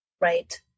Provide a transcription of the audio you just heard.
Right